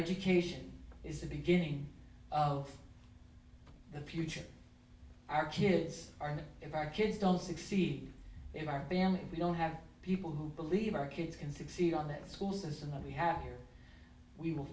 education is the beginning of the future i kids are in our kids don't succeed in our family we don't have people who believe our kids can succeed on that school says and what we have here we will